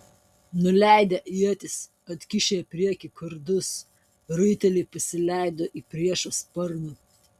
nuleidę ietis atkišę į priekį kardus raiteliai pasileido į priešo sparną